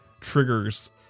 triggers